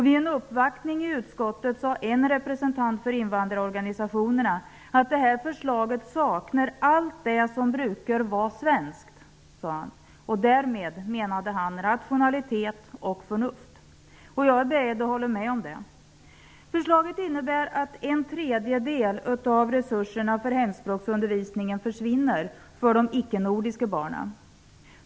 Vid en uppvaktning i utskottet sade en representant för invandrarorganisationerna att detta förslag saknar allt det som brukar vara svenskt. Därmed menade han rationalitet och förnuft. Jag är beredd att hålla med om det. Förslaget innebär att en tredjedel av resurserna för hemspråksundervisningen försvinner för de ickenordiska barnen.